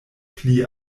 pli